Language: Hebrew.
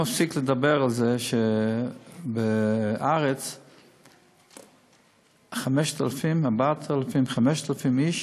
אני לא מפסיק לדבר על זה שבארץ 5,000, 4,000 איש,